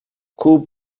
kup